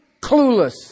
clueless